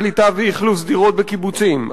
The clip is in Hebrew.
קליטה ואכלוס דירות בקיבוצים,